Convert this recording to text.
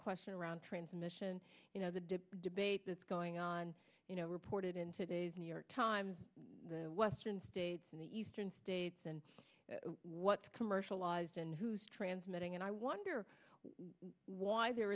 question around transmission debate that's going on you know reported in today's new york times the western states and the eastern states and what's commercialized and who's transmitting and i wonder why there